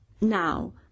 now